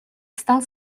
встал